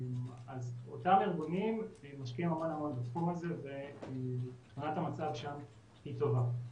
אותם ארגונים משקיעים המון בתחום הזה ותמונת המצב שם טובה.